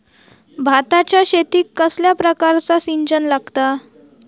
भाताच्या शेतीक कसल्या प्रकारचा सिंचन लागता?